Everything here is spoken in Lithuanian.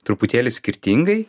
truputėlį skirtingai